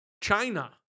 china